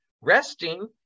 resting